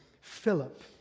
Philip